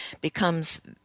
becomes